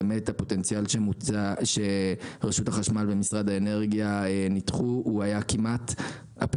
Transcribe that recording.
הפוטנציאל שרשות החשמל ומשרד האנרגיה ניתחו היה כמעט אותו